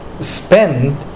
spend